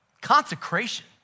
Consecration